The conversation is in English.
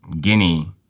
Guinea